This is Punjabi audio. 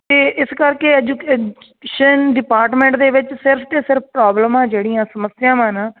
ਅਤੇ ਇਸ ਕਰਕੇ ਐਜ਼ੂਕੇਸ਼ਨ ਡਿਪਾਰਟਮੈਂਟ ਦੇ ਵਿੱਚ ਸਿਰਫ ਤੋਂ ਸਿਰਫ ਪ੍ਰੋਬਲਮ ਆ ਜਿਹੜੀਆਂ ਸਮੱਸਿਆਵਾਂ ਨਾ